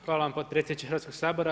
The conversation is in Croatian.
Hvala vam potpredsjedniče Hrvatskoga sabora.